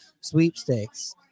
sweepstakes